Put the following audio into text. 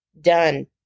Done